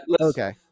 okay